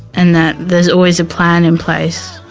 and that there's always a plan in place